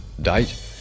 date